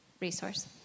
resource